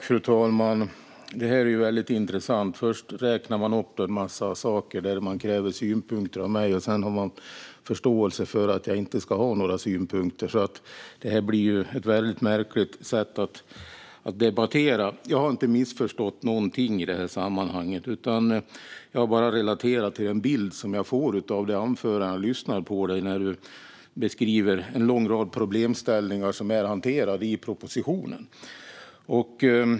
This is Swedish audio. Fru talman! Det här är väldigt intressant. Först räknar man upp en massa saker där man kräver synpunkter av mig, och sedan har man förståelse för att jag inte ska ha några synpunkter. Det blir ett märkligt sätt att debattera. Jag har inte missförstått något utan relaterar bara till den bild jag får av ditt anförande, Jörgen Berglund. Du beskriver en lång rad problemställningar som är hanterade i propositionen.